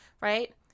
right